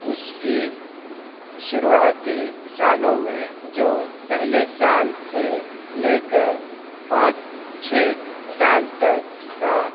اس کی شروعاتی سالوں میں جو پہلے سال سے لے کر پانچ چھ سال تک کا